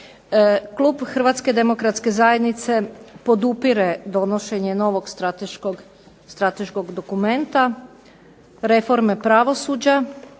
Klub Hrvatske demokratske zajednice podupire donošenje novog strateškog dokumenta reforme pravosuđa.